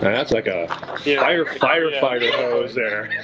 and that's like a yeah firefighter goes there.